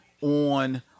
on